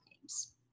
games